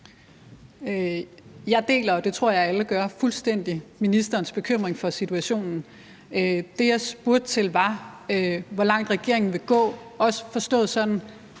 Jeg deler, og det tror jeg alle gør, fuldstændig ministerens bekymring for situationen. Det, jeg spurgte til, var, hvor langt regeringen vil gå, også forstået sådan,